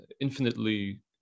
infinitely